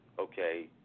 okay